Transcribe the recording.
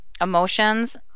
Emotions